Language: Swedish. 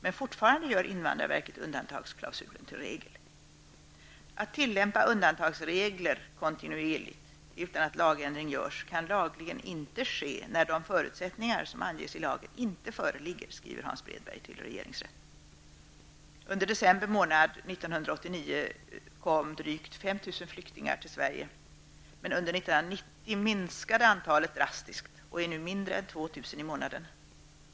Men fortfarande gör invandrarverket undantagsklausulen till regel. Att tillämpa undantagsregler kontinuerligt, utan att lagändring görs, kan lagligen inte ske när de förutsättningar som anges i lagen inte föreligger, skriver Hans Bredberg till regeringsrätten. Under december månad 1989 kom drygt 5 000 flyktingar till Sverige. Men under 1990 minskade antalet drastiskt, och är nu mindre än 2 000 i månaden.